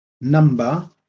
number